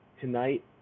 Tonight